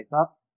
up